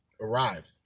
arrived